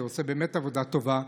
שעושה באמת עבודה טובה.